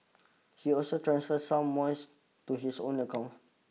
he also transferred some monies to his own account